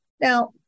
Now